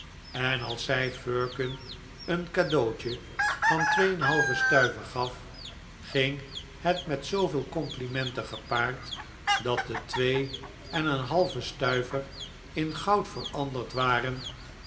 en als zij firkin een cadeautje van twee en een halven stuiver gaf ging het met zooveel complimenten gepaard dat de twee en een halve stuiver in goud veranderd waren